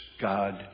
God